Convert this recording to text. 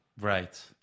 Right